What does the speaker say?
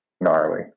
gnarly